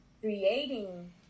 creating